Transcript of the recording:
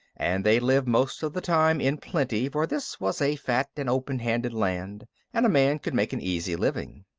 and they'd live most of the time in plenty, for this was a fat and open-handed land and a man could make an easy living.